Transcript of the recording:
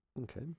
Okay